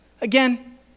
Again